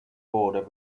border